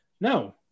No